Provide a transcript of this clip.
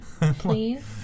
Please